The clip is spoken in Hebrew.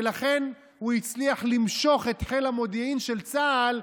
ולכן הוא הצליח למשוך את חיל המודיעין של צה"ל,